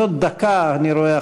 אז עוד דקה אני רואה,